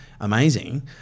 amazing